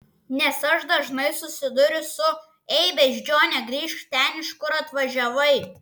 nes aš dažnai susiduriu su ei beždžione grįžk ten iš kur atvažiavai